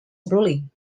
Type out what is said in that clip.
ruling